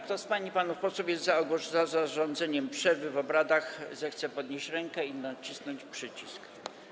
Kto z pań i panów posłów jest za zarządzeniem przerwy w obradach, zechce podnieść rękę i nacisnąć przycisk.